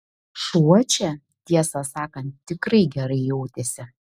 šuo čia tiesą sakant tikrai gerai jautėsi